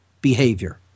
behavior